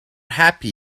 happy